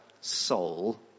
soul